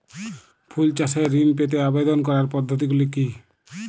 ফুল চাষে ঋণ পেতে আবেদন করার পদ্ধতিগুলি কী?